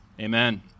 amen